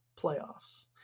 playoffs